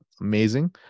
Amazing